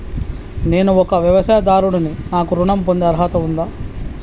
నేను ఒక వ్యవసాయదారుడిని నాకు ఋణం పొందే అర్హత ఉందా?